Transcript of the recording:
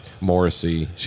Morrissey